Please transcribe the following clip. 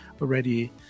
already